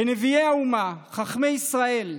בנביאי האומה, חכמי ישראל,